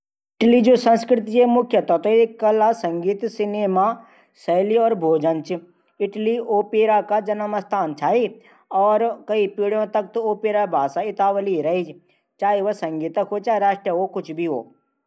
United Kingdom जू संस्कृति चा व संयुक्त राष्ट्र मा इसाई धर्म थै जीवित रखण पर जोर चा। और इंग्लैंड और विल्स और स्काटलैंड की क्रिया और बिरटियस युनाइटेड किंगडम की संस्कृति कुन बोलचाल भाषा बिट्रिष भाषा से मिलदी।